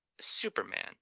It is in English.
Superman